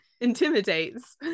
intimidates